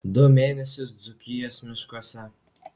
du mėnesius dzūkijos miškuose